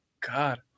god